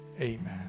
Amen